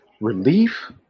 relief